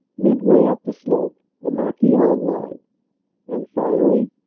midway up the slope, the marquion line and, finally,